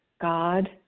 God